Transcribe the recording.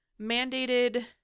mandated